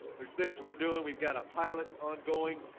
there's things we're doing. we've got a pilot ongoing,